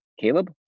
Caleb